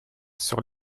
sur